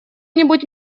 нибудь